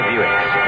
Buicks